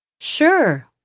Sure